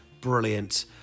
brilliant